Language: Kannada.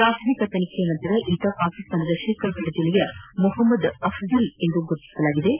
ಪ್ರಾಥಮಿಕ ತನಿಖೆ ನಂತರ ಈತ ಪಾಕಿಸ್ತಾನದ ಶೇಖರ್ಗಢ್ ಜಿಲ್ಲೆಯ ಮೊಹಮ್ನದ್ ಅಫಜಲ್ನೆಂದು ಗುರುತಿಸಲಾಗಿದ್ದು